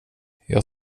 jag